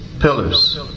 pillars